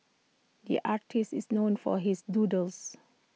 the artist is known for his doodles